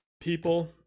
people